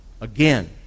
Again